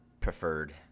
preferred